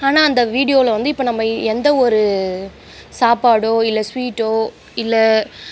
ஆனால் அந்த வீடியோவில் வந்து இப்போ நம்ம எந்த ஒரு சாப்பாடோ இல்லை ஸ்வீட்டோ இல்லை